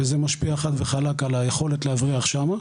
וזה משפיע חד וחלק על היכולת להבריח שם.